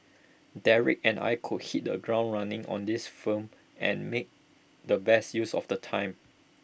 Derek and I could hit the ground running on this film and make the best use of the time